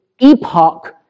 epoch